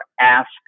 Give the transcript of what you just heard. ask